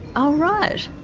oh right,